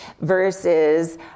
versus